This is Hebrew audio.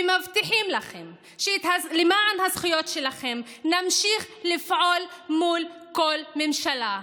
ומבטיחים לכם שלמען הזכויות שלכם נמשיך לפעול מול כל ממשלה.